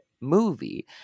movie